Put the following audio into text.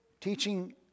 teaching